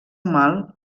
mal